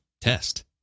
test